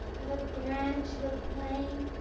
of a branch of a plane,